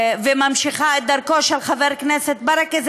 וממשיכה את דרכו של חבר הכנסת ברכה,